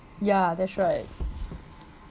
ya that's right